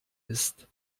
ist